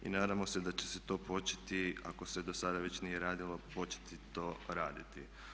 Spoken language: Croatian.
Nadamo se da će se to početi, ako se dosada već nije radilo, početi to raditi.